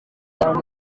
iyo